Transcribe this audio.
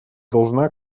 должна